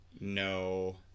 No